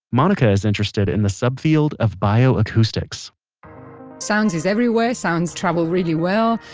monica is interested in the sub field of bioacoustics sounds is everywhere, sounds travel really well.